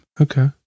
Okay